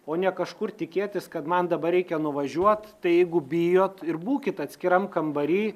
o ne kažkur tikėtis kad man dabar reikia nuvažiuot tai jeigu bijot ir būkit atskiram kambary